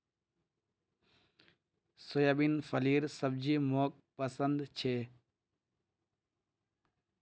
soybean फलीर सब्जी मोक पसंद छे